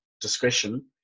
discretion